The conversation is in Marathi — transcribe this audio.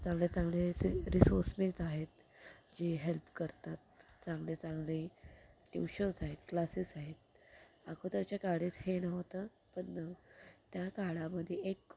खूप चांगले चांगले सी रिसोर्सेस आहेत जे हेल्प करतात चांगले चांगले ट्युशन्स आहेत क्लासेस आहेत अगोदरच्या काळात हे नव्हतं पण त्या काळामधे एक